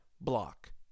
block